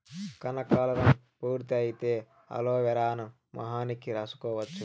కనకాలురం పూర్తి అయితే అలోవెరాను మొహానికి రాసుకోవచ్చు